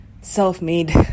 self-made